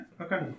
Okay